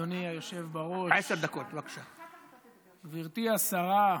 אדוני היושב-ראש, גברתי השרה,